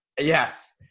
Yes